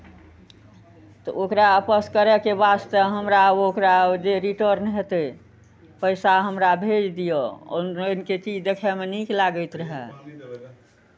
तऽ ओकरा आपस करयके वास्ते हमरा ओकरा जे रिटर्न हेतै पैसा हमरा भेज दिअ ऑनलाइनके चीज देखयमे नीक लागैत रहए